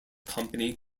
company